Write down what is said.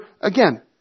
again